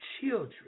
children